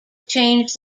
change